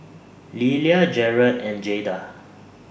Lelia Jarrett and Jayda